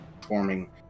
forming